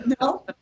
No